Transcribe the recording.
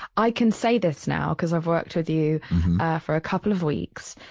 i can say this now because i've worked with you for a couple of weeks.